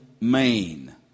Maine